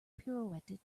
pirouetted